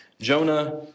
Jonah